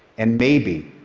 and maybe,